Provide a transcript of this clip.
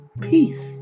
peace